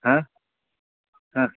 आं हां